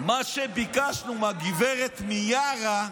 מה שביקשנו מהגב' מיארה,